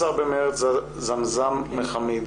ב-18 במרץ זמזם מחאמיד,